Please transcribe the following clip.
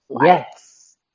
Yes